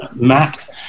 matt